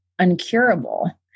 uncurable